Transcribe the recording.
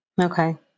Okay